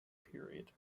period